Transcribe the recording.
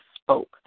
spoke